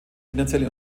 finanzielle